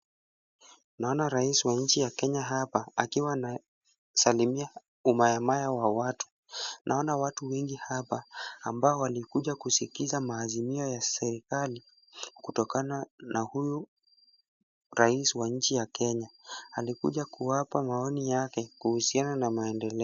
Naona rais wa nchi ya Kenya hapa akiwa anasalimia umayamaya wa watu. Naona watu wengi hapa ambao walikuja kuskiza maazimio ya serekali kutokana na huyu rais wa nchi ya Kenya. Alikuja kuwapa maoni yake kuhusiana na maendeleo.